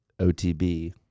OTB